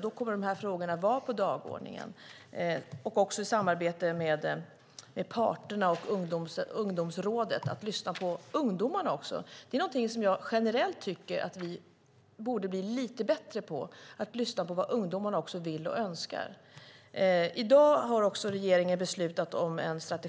Då kommer de här frågorna att vara på dagordningen liksom samarbete med parterna och ungdomsrådet. Något som jag generellt tycker att vi borde bli lite bättre på är att lyssna på vad ungdomarna vill och önskar. I dag har regeringen beslutat om ett